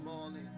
morning